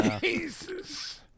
Jesus